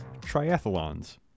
triathlons